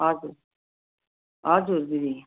हजुर हजुर दिदी